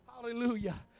Hallelujah